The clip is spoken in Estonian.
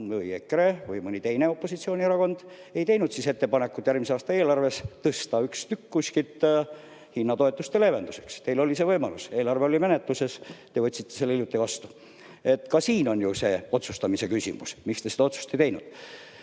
või EKRE või mõni teine opositsioonierakond ei teinud ettepanekut järgmise aasta eelarves tõsta üks tükk kuskilt hinnatoetuste leevenduseks. Teil oli see võimalus, eelarve oli menetluses, te võtsite selle hiljuti vastu. Ka siin on ju see otsustamise küsimus. Miks te seda otsust ei teinud